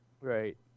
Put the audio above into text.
Right